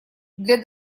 для